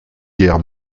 guerre